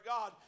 God